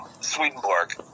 Swedenborg